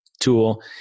tool